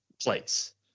place